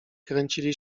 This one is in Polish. kręcili